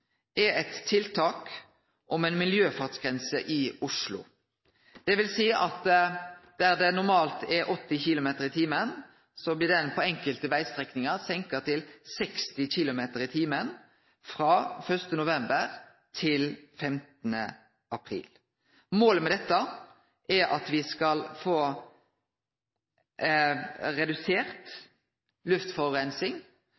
er eit tiltak som gjeld i Oslo, dvs. at der det normalt er 80 km/t i timen, blir fartsgrensa på enkelte vegstrekningar senka til 60 km/t timen frå 1. november til 15. april. Målet med det er at me skal få